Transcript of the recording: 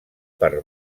per